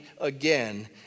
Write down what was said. again